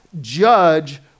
judge